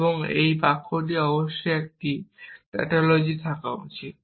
এবং একটি বাক্য অবশ্যই একটি টাটলজি হওয়া উচিত